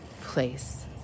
place